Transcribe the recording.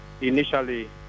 initially